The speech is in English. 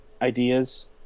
ideas